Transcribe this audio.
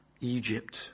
Egypt